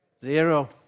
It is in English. zero